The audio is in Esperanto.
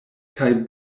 kaj